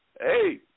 Hey